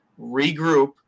regroup